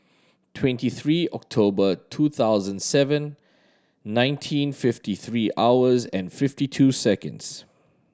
twenty three October two thousand seven nineteen fifty three hours and fifty two seconds